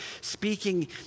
speaking